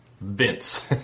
vince